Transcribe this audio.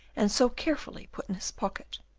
and so carefully put in his pocket.